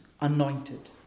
anointed